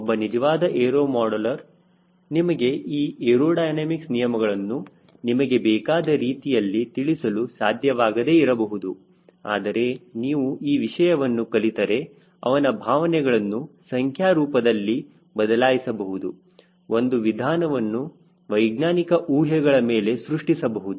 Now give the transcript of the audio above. ಒಬ್ಬ ನಿಜವಾದ aero modeller ನಿಮಗೆ ಈ ಏರೋಡೈನಮಿಕ್ಸ್ ನಿಯಮಗಳನ್ನು ನಿಮಗೆ ಬೇಕಾದ ರೀತಿಯಲ್ಲಿ ತಿಳಿಸಲು ಸಾಧ್ಯವಾಗದೇ ಇರಬಹುದು ಆದರೆ ನೀವು ಈ ವಿಷಯವನ್ನು ಕಲಿತರೆ ಅವನ ಭಾವನೆಗಳನ್ನು ಸಂಖ್ಯಾ ರೂಪದಲ್ಲಿ ಬದಲಾಯಿಸಬಹುದು ಒಂದು ವಿಧಾನವನ್ನು ವೈಜ್ಞಾನಿಕ ಊಹೆಗಳ ಮೇಲೆ ಸೃಷ್ಟಿಸಬಹುದು